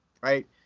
right